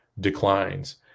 declines